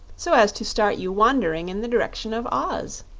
so as to start you wandering in the direction of oz?